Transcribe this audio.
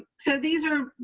so these are,